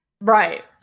right